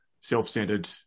self-centered